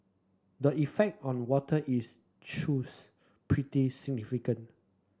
the effect on water is truth pretty significant